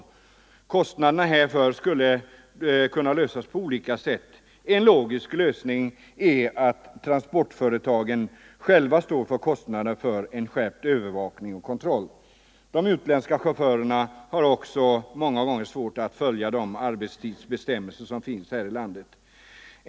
Frågan om kostnaderna härför kan naturligtvis lösas på olika sätt. En logisk lösning är att transportföretaget självt står för kostnaderna för en skärpt övervakning och kontroll. De utländska chaufförerna har också många gånger svårt att följa de arbetstidsbestämmelser som gäller här i landet.